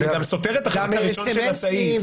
זה גם סותר את החלק הראשון של הסעיף.